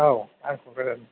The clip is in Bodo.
औ आं क'क्राझारनि